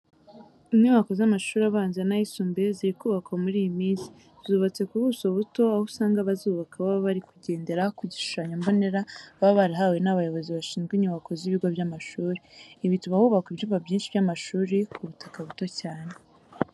Inyubako z'amashuri abanza n'ayisumbuye ziri kubakwa muri iyi minsi, zubatse ku buso buto, aho usanga abazubaka baba bari kugendera ku gishushanyo mbonera baba barahawe n'abayobozi bashinzwe inyubako z'ibigo by'amashuri. Ibi bituma hubakwa ibyumba byinshi by'amashuri ku butaka buto cyane.